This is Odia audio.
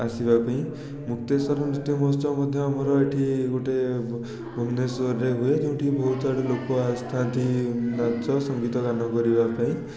ଆସିବା ପାଇଁ ମୁକ୍ତେଶ୍ଵର ମହୋତ୍ସବ ମଧ୍ୟ ଆମର ଏଠି ଗୋଟେ ଭୁବନେଶ୍ୱରରେ ହୁଏ ଯେଉଁଠି ବହୁତ ଆଡ଼ୁ ଲୋକ ଆସିଥାନ୍ତି ନାଚ ସଙ୍ଗୀତ ଗାନ କରିବାପାଇଁ